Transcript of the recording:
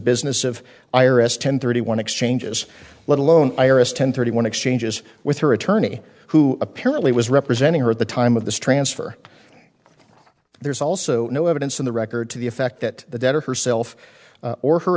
business of i r s ten thirty one exchanges let alone iris ten thirty one exchanges with her attorney who apparently was representing her at the time of the transfer there's also no evidence in the record to the effect that the debtor herself or